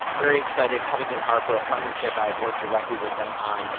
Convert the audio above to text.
very excited, covington harper, a partnership i had worked directly with them on,